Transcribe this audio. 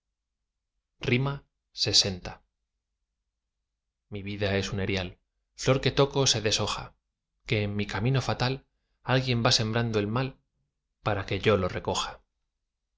lx mi vida es un erial flor que toco se deshoja que en mi camino fatal alguien va sembrando el mal para que yo lo recoja